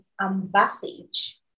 ambassage